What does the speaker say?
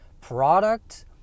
product